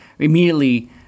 Immediately